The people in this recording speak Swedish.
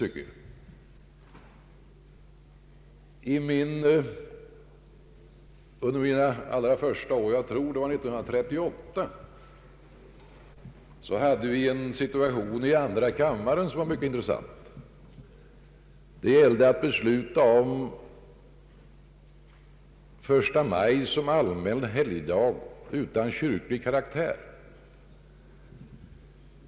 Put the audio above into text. Under ett av mina allra första riksdagsår — jag tror det var 1938 — hade vi en situation i andra kammaren som var mycket intressant. Det gällde att besluta om första maj som allmän helgdag utan kyrklig karaktär.